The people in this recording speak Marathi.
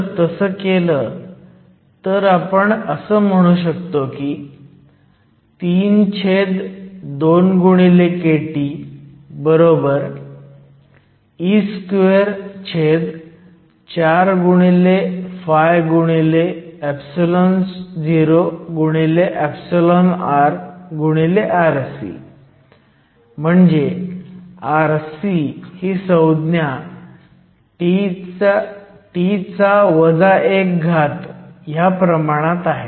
जर तसं केलं तर आपण असं म्हणू शकतो की 32kTe24φorrc म्हणजे rc ही संज्ञा T 1 च्या प्रमाणात आहे